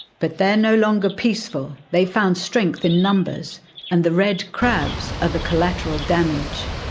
but they're no longer peaceful. they've found strength in numbers and the red crabs are the collateral damage.